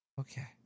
Okay